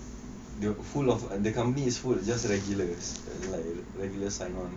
the full of the company full of food just regulars like regular sign on